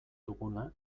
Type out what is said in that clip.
duguna